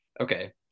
Okay